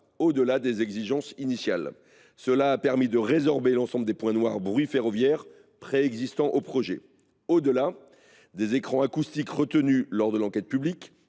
au delà des exigences initiales. Cela a permis de résorber l’ensemble des points noirs « bruits ferroviaires » préexistants au projet. Au delà des écrans acoustiques retenus lors de l’enquête publique,